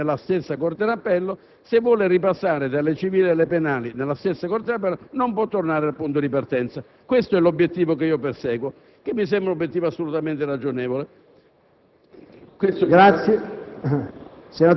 di passare dalle funzioni penali a quelle civili nella stessa corte d'appello, se vuole ripassare dalle funzioni civili a quelle penali nella stessa corte d'appello non può tornare al punto di partenza. Questo è l'obiettivo che io perseguo, che mi sembra assolutamente ragionevole.